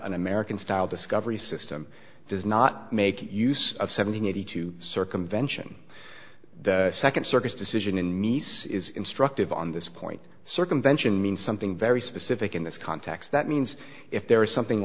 an american style discovery system does not make use of seven eighty two circumvention the second circuit decision in nice is instructive on this point circumvention means something very specific in this context that means if there is something